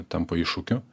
tampa iššūkiu